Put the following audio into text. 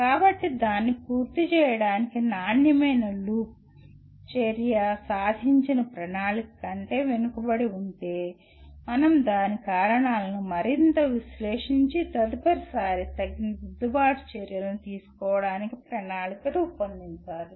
కాబట్టి దీన్ని పూర్తి చేయడానికి నాణ్యమైన లూప్ చర్య సాధించిన ప్రణాళిక కంటే వెనుకబడి ఉంటే మనం దాని కారణాలను మరింత విశ్లేషించి తదుపరి సారి తగిన దిద్దుబాటు చర్యలను తీసుకోవడానికి ప్రణాళిక రూపొందించాలి